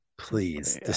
Please